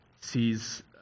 sees